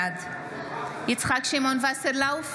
בעד יצחק שמעון וסרלאוף,